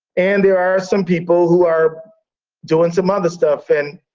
and there are some people who are doing some other stuff. and,